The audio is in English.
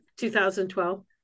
2012